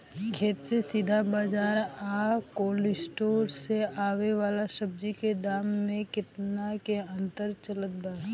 खेत से सीधा बाज़ार आ कोल्ड स्टोर से आवे वाला सब्जी के दाम में केतना के अंतर चलत बा?